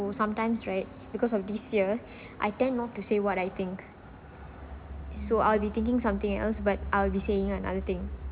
so sometimes right because of this fear I tend not to say what I think so I'll be thinking something else but I'll be saying another thing